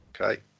Okay